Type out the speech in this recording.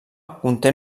conté